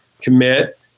commit